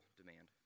demand